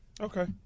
Okay